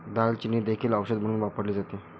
दालचिनी देखील औषध म्हणून वापरली जाते